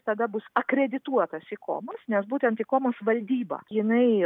tada bus akredituotas ikomos nes būtent ikomos valdyba jinai